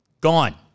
Gone